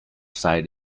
side